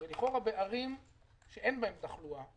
הרי בערים שאין בהן תחלואה,